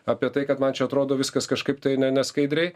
apie tai kad man čia atrodo viskas kažkaip tai ne neskaidriai